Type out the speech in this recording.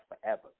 forever